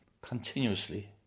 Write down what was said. continuously